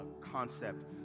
concept